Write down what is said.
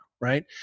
right